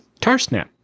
Tarsnap